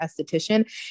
esthetician